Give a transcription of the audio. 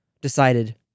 decided